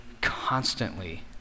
constantly